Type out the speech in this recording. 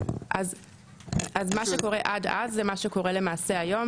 מה שקורה עד אז זה מה שקורה למעשה היום,